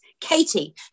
Katie